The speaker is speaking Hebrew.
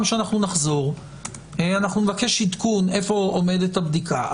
שאנחנו נחזור אנחנו נבקש עדכון איפה עומדת הבדיקה.